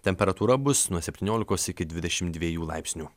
temperatūra bus nuo septyniolikos iki dvidešim dviejų laipsnių